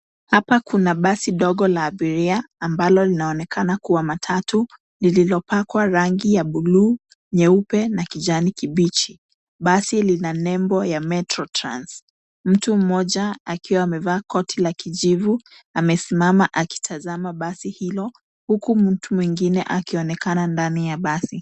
Hapa kuna basi dogo la abiria ambalo linaonekana kuwa matatu lililopakwa rangi ya buluu, nyeupe na kijani kibichi. Basi lina nembo ya metro trans. Mtu mmoja akiwa amevaa koti la kijivu amesimama akitazama basi hilo, huku mtu mwingine akionekana ndani ya basi.